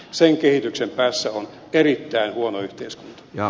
sen kehityksen päässä on erittäin huono yhteiskunta